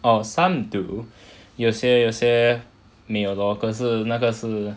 oh some do 有些有些没有 lor 可是那个是